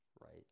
right